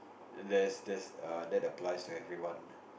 there's there's that applies to everyone